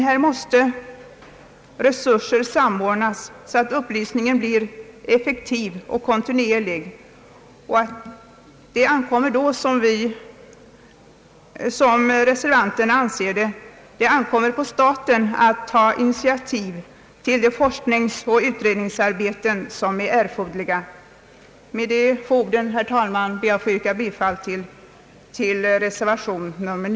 Här måste resurser samordnas så att upplysningen blir effektiv och kontinuerlig. Vi reservanter anser att det ankommer på staten att ta initiativ till de forskningsoch utredningsarbeten som är erforderliga. Med dessa få ord, herr talman, ber jag att få yrka bifall till reservationen.